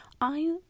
I-